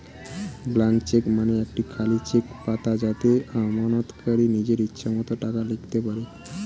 blank cheque মানে একটি খালি চেক পাতা যাতে আমানতকারী নিজের ইচ্ছে মতো টাকা লিখতে পারে